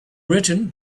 written